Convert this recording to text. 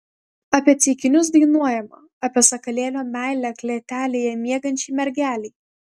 apie ceikinius dainuojama apie sakalėlio meilę klėtelėje miegančiai mergelei